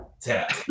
tap